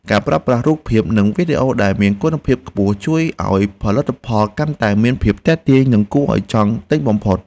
ការប្រើប្រាស់រូបភាពនិងវីដេអូដែលមានគុណភាពខ្ពស់ ជួយឱ្យផលិតផលកាន់តែមានភាពទាក់ទាញនិងគួរឱ្យចង់ទិញបំផុត។